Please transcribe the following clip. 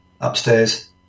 Upstairs